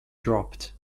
dropped